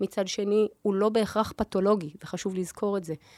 מצד שני הוא לא בהכרח פתולוגי, זה חשוב לזכור את זה.